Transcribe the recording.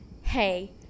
hey